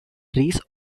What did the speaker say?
trees